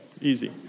Easy